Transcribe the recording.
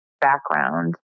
background